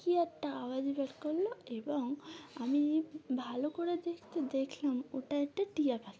কি একটা আওয়াজ বের করলো এবং আমি ভালো করে দেখতে দেখলাম ওটা একটা টিয়া পাখি